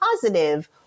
positive